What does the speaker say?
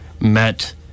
met